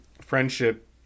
friendship